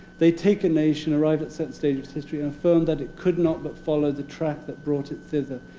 they take a nation arrived at a certain stage of its history and affirm that it could not but follow the track that brought it thither.